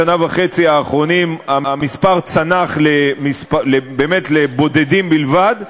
שנה וחצי האחרונות צנח המספר באמת לבודדים בלבד,